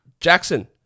Jackson